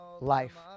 life